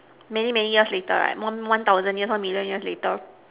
many many years later right one one thousand years one million years later